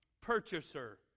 purchaser